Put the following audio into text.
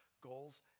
goals